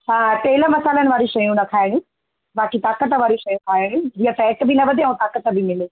हा तेल मसालनि वारियूं शयूं न खाइणी बाक़ी ताक़त वारी शयूं खाइणी जीअं फ़ैट बि न वधे ऐं ताक़त बि मिले